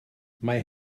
mae